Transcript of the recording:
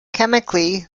chemically